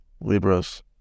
Libras